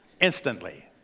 instantly